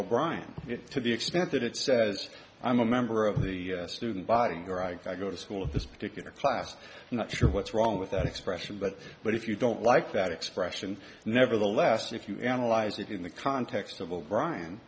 o'brian it to the extent that it says i'm a member of the student body or i go to school of this particular class not sure what's wrong with that expression but but if you don't like that expression nevertheless if you analyze it in the context of o'brian